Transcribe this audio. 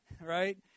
Right